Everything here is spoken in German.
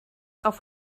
auf